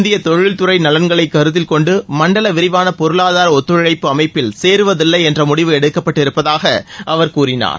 இந்திய தொழில்துறை நலன்களை கருத்தில் கொண்டு மண்டல விரிவான பொருளாதார ஒத்துழைப்பு அமைப்பில் சேருவதில்லை என்ற முடிவு எடுக்கப்பட்டு இருப்பதாக அவர் கூறினார்